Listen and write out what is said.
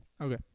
okay